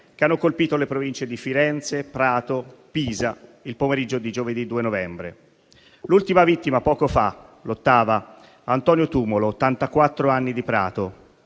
che hanno colpite le province di Firenze, Prato e Pisa, il pomeriggio di giovedì 2 novembre. L'ultima vittima, l'ottava, poco fa: Antonio Tumolo, 84 anni, di Prato.